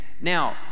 Now